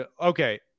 Okay